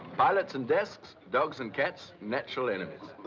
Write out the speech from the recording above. pilots and desks, dogs and cats. natural enemies.